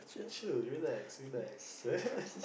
chill relax relax